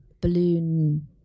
balloon